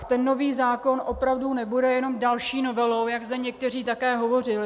Ten nový zákon opravdu nebude jenom další novelou, jak zde někteří také hovořili.